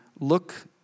look